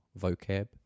vocab